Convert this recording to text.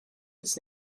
its